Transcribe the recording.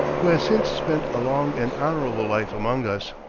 who has since spent a long and honorable life among us.